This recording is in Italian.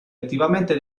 attivamente